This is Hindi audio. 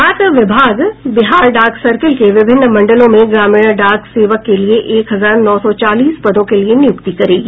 डाक विभाग बिहार डाक सर्किल के विभिन्न मंडलों में ग्रामीण डाक सेवक के लिये एक हजार नौ सौ चालीस पदों के लिये नियुक्ति करेगी